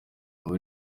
ubu